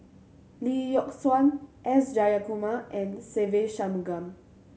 Lee Yock Suan S Jayakumar and Se Ve Shanmugam